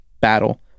battle